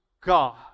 God